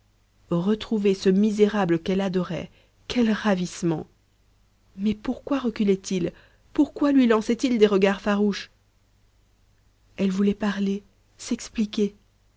retrouver ce misérable qu'elle adorait quel ravissement mais pourquoi reculait il pourquoi lui lançait il des regards farouches elle voulait parler s'expliquer